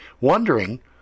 wondering